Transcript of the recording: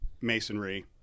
masonry